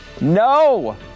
No